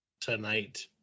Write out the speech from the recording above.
tonight